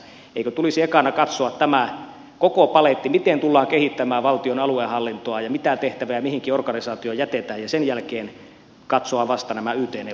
eikö tulisi ekana katsoa tämä koko paletti miten tullaan kehittämään valtion aluehallintoa ja mitä tehtäviä mihinkin organisaatioon jätetään ja sen jälkeen katsoa vasta nämä yt neuvottelut